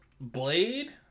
Blade